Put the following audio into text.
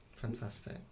Fantastic